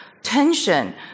tension